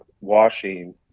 washing